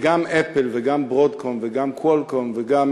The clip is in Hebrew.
וגם Apple וגם Broadcom וגם Qualcomm וגם